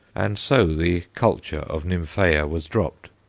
and so the culture of nymphaea was dropped.